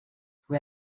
fue